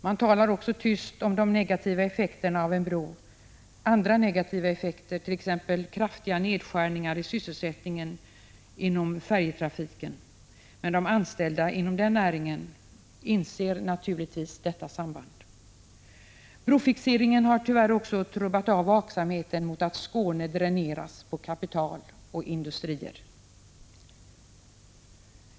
Man talar också tyst om de negativa effekterna av en bro, t.ex. kraftig nedskärning av sysselsättningen inom färjetrafiken. Men de anställda inom den näringen inser naturligtvis detta samband. Brofixeringen har tyvärr också trubbat av vaksamheten mot att Skåne dräneras på kapital och industrier.